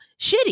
Shitty